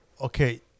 okay